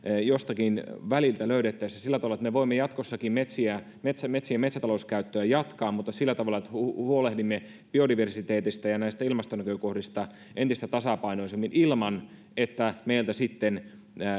jostakin väliltä on löydettävissä sellainen tasapaino että me voimme jatkossakin metsien metsätalouskäyttöä jatkaa mutta sillä tavalla että huolehdimme biodiversiteetistä ja näistä ilmastonäkökohdista entistä tasapainoisemmin ilman että meiltä sitten